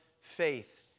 faith